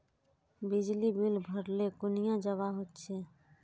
बिजली बिल भरले कुनियाँ जवा होचे?